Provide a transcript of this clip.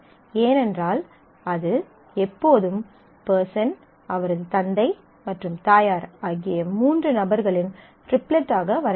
ஏனென்றால் அது எப்போதும் பெர்சன் அவரது தந்தை மற்றும் தாயார் ஆகிய மூன்று நபர்களின் ட்ரிப்லெட் ஆக வர வேண்டும்